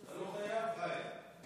אתה לא חייב, חיים.